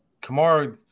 Kamar